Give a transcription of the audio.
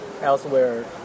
elsewhere